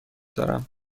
دارم